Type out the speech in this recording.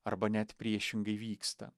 arba net priešingai vyksta